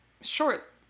short